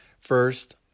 First